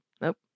Nope